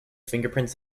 fingerprints